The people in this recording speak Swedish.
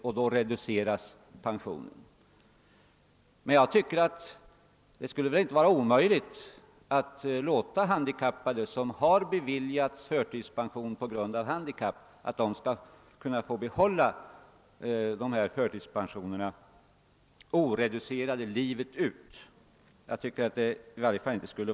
Jag tycker emellertid att det inte borde vara omöjligt att låta handikappade som har beviljats förtidspension få behålla förtidspensionerna oreducerade livet ut.